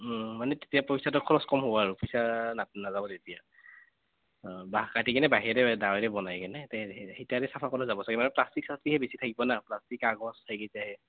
মানে তেতিয়া পইচাটো খৰচ কম হ'ব আৰু পইচা নাটি নাযাব তেতিয়া অঁ বাঁহ কাটি কিনে বাঁহেৰে দাৱৰে বনাই কিনে সেই সেইকেইটাৰে চাফা কৰা যাব চাগে মানে প্লাষ্টিক চলাষ্টিকে বেছি থাকিব না প্লাষ্টিক কাগজ সেইকেইটায়ে